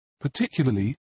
particularly